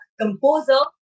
composer